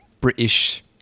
British